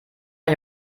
man